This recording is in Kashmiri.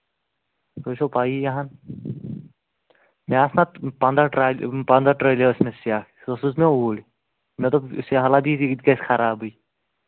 تۄہہِ چھو پَیی یہِ ہن مےٚ آسہٕ اَتھ پَنٛداہ ٹرٛالی ٲس مےٚ سٮ۪کھ سۄ سوٗز مےٚ اوٗرۍ مےٚ دوٚپ سیہلاب یی یہِ تہِ گژھِ خرابٕے